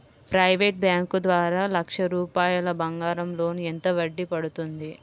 Private bank ద్వారా లక్ష రూపాయలు బంగారం లోన్ ఎంత వడ్డీ పడుతుంది?